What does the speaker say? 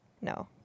No